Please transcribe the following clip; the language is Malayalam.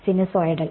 സിനുസോയ്ഡൽ